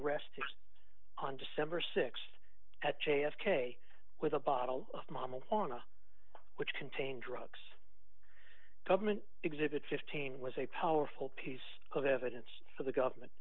arrested on december th at j f k with a bottle of mama wanna which contain drugs government exhibit fifteen was a powerful piece of evidence for the government